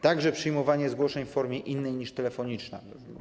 Także przyjmowanie zgłoszeń w formie innej niż telefoniczna.